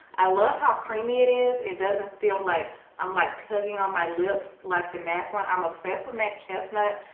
i love how creamy it is it doesn't feel like i'm like tugging on my lips like the matte one i'm obsessed with matte chestnut,